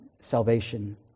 salvation